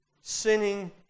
Sinning